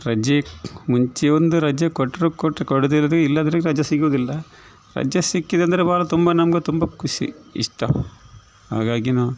ರಜೆ ಮುಂಚೆ ಒಂದು ರಜೆ ಕೊಟ್ಟರು ಕೊಟ್ಟರು ಕೊಡದಿರುವುದು ಇಲ್ಲಾದರೆ ರಜೆ ಸಿಗುವುದಿಲ್ಲ ರಜೆ ಸಿಕ್ಕಿದೆ ಅಂದರೆ ಬಾಳ ತುಂಬ ನಮ್ಗೆ ತುಂಬ ಖುಷಿ ಇಷ್ಟ ಹಾಗಾಗಿ ನಾವು